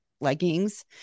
leggings